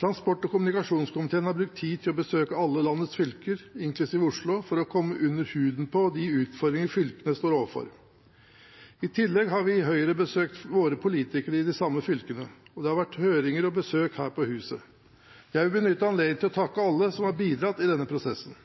Transport- og kommunikasjonskomiteen har brukt tid på å besøke alle landets fylker, inklusiv Oslo, for å komme under huden på de utfordringene fylkene står overfor. I tillegg har vi i Høyre besøkt våre politikere i de samme fylkene, og det har vært høringer og besøk her på huset. Jeg vil benytte anledningen til å takke alle som har bidratt i denne prosessen.